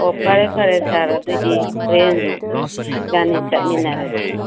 ꯑꯣ ꯐꯔꯦ ꯐꯔꯦ ꯁꯥꯔ ꯑꯗꯨ ꯑꯣꯏꯗꯤ ꯍꯣꯔꯦꯟꯗꯨ ꯏꯕꯥꯅꯤ ꯆꯠꯃꯤꯟꯅꯔꯁꯤ